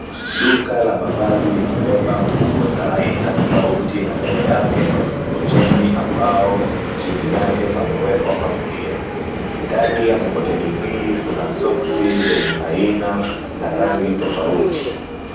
Duka la mavazi limebeba nguo za aina tofauti na mbele yake kuna mkokoteni ambao, chini yake pamewekwa magunia. Ndani ya mkokoteni hii kuna soksi zenye aina na rangi tofauti.